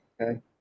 Okay